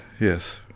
yes